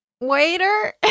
waiter